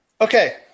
Okay